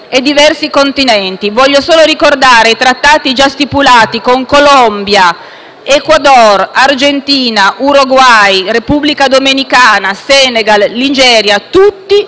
e diversi continenti: voglio solo ricordare i trattati già stipulati con Colombia, Ecuador, Argentina, Uruguay, Repubblica dominicana, Senegal, Nigeria, tutti